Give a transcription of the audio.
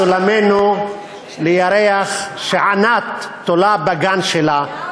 סולמנו לירח שענת תולה בגן שלה,